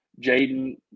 Jaden